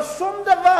אבל שום דבר.